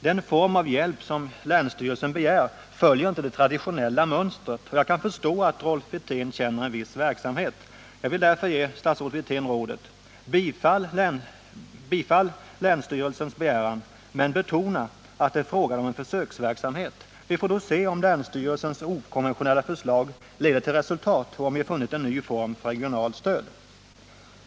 Den form av hjälp som länsstyrelsen begär följer inte det traditionella mönstret, och jag kan förstå att Rolf Wirtén känner en viss tveksamhet. Jag vill därför ge statsrådet Wirtén rådet: Bifall länsstyrelsens begäran men betona att det är fråga om en försöksverksamhet. Vi får då se om länsstyrelsens okonventionella förslag leder till resultat och om vi funnit en ny form för regionalt stöd.